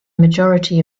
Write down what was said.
majority